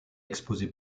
exposé